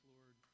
Lord